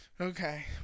Okay